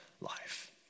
life